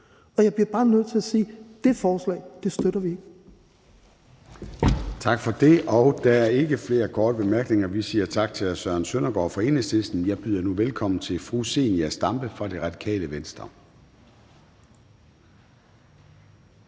Og jeg bliver bare nødt til at sige, at det forslag støtter vi ikke.